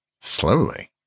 slowly